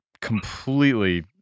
completely